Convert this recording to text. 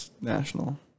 National